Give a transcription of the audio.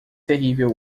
terrível